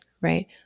right